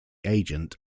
agent